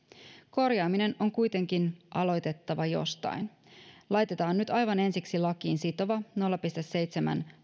korjaaminen on kuitenkin aloitettava jostain laitetaan nyt aivan ensiksi lakiin sitova nolla pilkku seitsemän